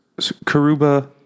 Karuba